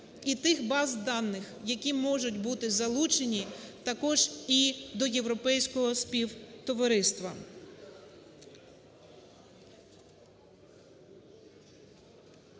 і тих баз даних, які можуть бути залучені також і до європейського співтовариства.